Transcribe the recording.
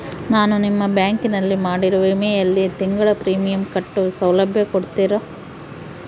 ನಾನು ನಿಮ್ಮ ಬ್ಯಾಂಕಿನಲ್ಲಿ ಮಾಡಿರೋ ವಿಮೆಯಲ್ಲಿ ತಿಂಗಳ ಪ್ರೇಮಿಯಂ ಕಟ್ಟೋ ಸೌಲಭ್ಯ ಕೊಡ್ತೇರಾ?